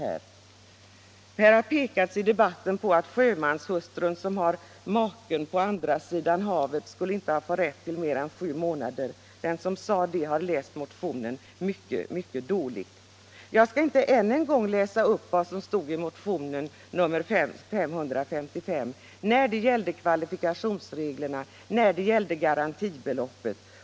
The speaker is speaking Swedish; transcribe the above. Det har i debatten pekats på att sjömanshustrun som har maken på andra sidan havet inte skulle få rätt till mer än sju månader. Den som sade det har läst motionen mycket dåligt. Jag skall inte än en gång läsa upp vad som står i motionen 555 beträffande kvalifikationsreglerna och garantibeloppet.